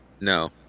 No